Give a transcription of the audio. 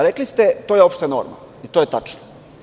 Rekli ste, to je opšta norma i to je tačno.